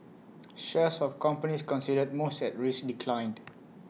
shares of companies considered most at risk declined